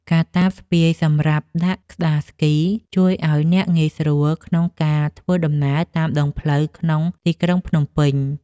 កាតាបស្ពាយសម្រាប់ដាក់ក្ដារស្គី ជួយឱ្យអ្នកងាយស្រួលក្នុងការធ្វើដំណើរតាមដងផ្លូវក្នុងទីក្រុងភ្នំពេញ។